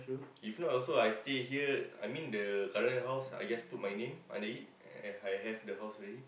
if not also I stay here I mean the current house I guess put my name under it If I have the house already